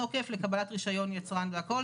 לקבלת רישיון יצרן והכל.